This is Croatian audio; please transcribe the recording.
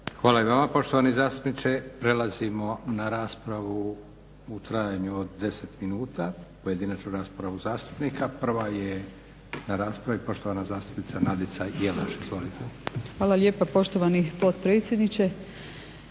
Hvala i vama poštovani zastupniče. Prelazimo na raspravu u trajanju od 10 minuta, pojedinačnu raspravu zastupnika. Prva je poštovana zastupnica Nadica Jelaš. Izvolite. **Jelaš, Nadica (SDP)** Hvala lijepa poštovani potpredsjedniče.